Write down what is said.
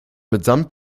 mitsamt